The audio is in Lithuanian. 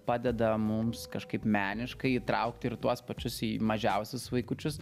padeda mums kažkaip meniškai įtraukt ir tuos pačius į mažiausius vaikučius